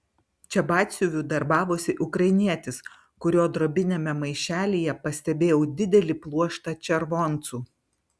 čia batsiuviu darbavosi ukrainietis kurio drobiniame maišelyje pastebėjau didelį pluoštą červoncų